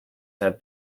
have